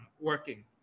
working